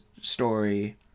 story –